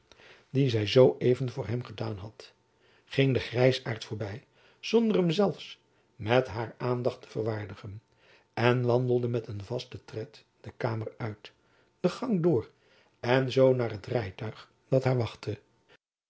dien zy zoo even voor hem gedaan had ging den grijzaart voorby zonder hem zelfs met haar aandacht te verwaardigen en wandelde met een vasten tred de kamer uit de gang door en zoo naar het rijtuig dat haar wachtte